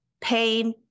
pain